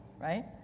right